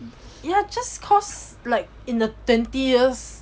ya just cause like in the twenty years